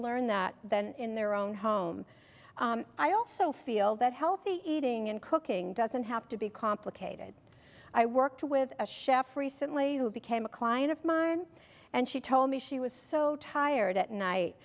learn that then in their own home i also feel that healthy eating and cooking doesn't have to be complicated i worked with a chef recently who became a client of mine and she told me she was so tired at night